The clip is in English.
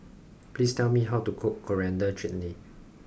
please tell me how to cook Coriander Chutney